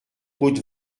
route